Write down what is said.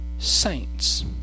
saints